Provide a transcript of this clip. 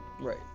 Right